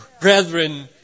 brethren